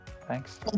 thanks